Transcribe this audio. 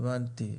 הבנתי.